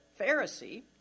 Pharisee